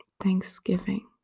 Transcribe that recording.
thanksgiving